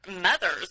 mothers